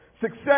Success